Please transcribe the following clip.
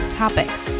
topics